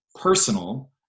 personal